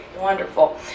Wonderful